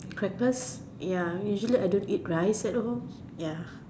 crackers ya usually I don't eat rice at all ya